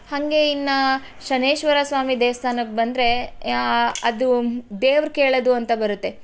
ಹಾಗೆ ಇನ್ನು ಶನೈಶ್ವರ ಸ್ವಾಮಿ ದೇವಸ್ಥಾನಕ್ಕೆ ಬಂದರೆ ಅದು ದೇವ್ರು ಕೇಳೋದು ಅಂತ ಬರುತ್ತೆ